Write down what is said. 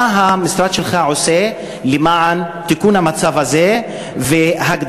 מה המשרד שלך עושה למען תיקון המצב הזה והגדלת